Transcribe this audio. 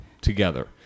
together